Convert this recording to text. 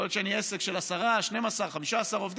יכול להיות שאני עסק של עשרה, 12, 15 עובדים.